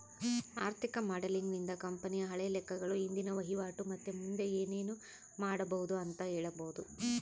ಆರ್ಥಿಕ ಮಾಡೆಲಿಂಗ್ ನಿಂದ ಕಂಪನಿಯ ಹಳೆ ಲೆಕ್ಕಗಳು, ಇಂದಿನ ವಹಿವಾಟು ಮತ್ತೆ ಮುಂದೆ ಏನೆನು ಮಾಡಬೊದು ಅಂತ ಹೇಳಬೊದು